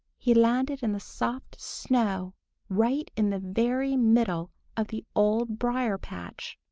he landed in the soft snow right in the very middle of the old briar-patch,